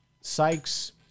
Sykes